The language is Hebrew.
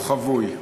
הוא חבוי.